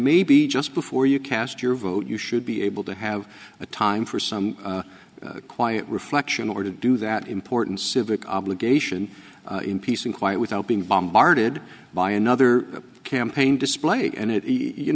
maybe just before you cast your vote you should be able to have a time for some quiet reflection or to do that important civic obligation in peace and quiet without being bombarded by another campaign display and if you